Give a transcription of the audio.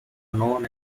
known